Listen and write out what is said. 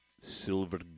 silver